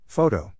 Photo